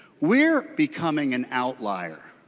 we are becoming an outlier.